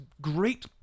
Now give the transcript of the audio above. great